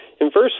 inversely